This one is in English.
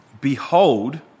Behold